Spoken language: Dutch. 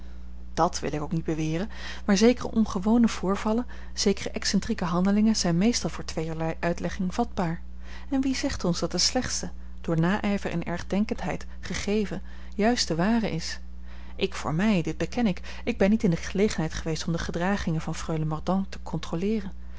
dàt wil ik ook niet beweren maar zekere ongewone voorvallen zekere excentrieke handelingen zijn meestal voor tweeërlei uitlegging vatbaar en wie zegt ons dat de slechtste door naijver en ergdenkendheid gegeven juist de ware is ik voor mij dit beken ik ik ben niet in de gelegenheid geweest om de gedragingen van freule mordaunt te controleeren